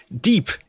deep